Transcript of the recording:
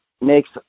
makes